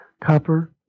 copper